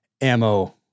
ammo